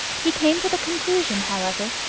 he came to the conclusion, however,